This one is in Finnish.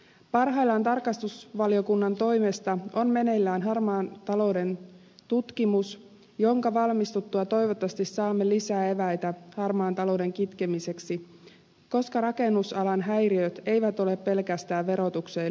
parhaillaan tarkastusvaliokunnan toimesta on meneillään harmaan talouden tutkimus jonka valmistuttua toivottavasti saamme lisää eväitä harmaan talouden kitkemiseksi koska rakennusalan häiriöt eivät ole pelkästään verotukseen liittyviä